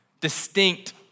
distinct